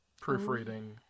proofreading